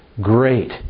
great